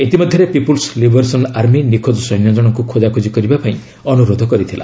ଇତିମଧ୍ୟରେ people's liberation army ନିଖୋଜ ସୈନ୍ୟ ଜଣଙ୍କୁ ଖୋଜାଖୋଜି କରିବା ପାଇଁ ଅନୁରୋଧ କରିଥିଲା